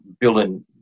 building